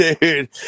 dude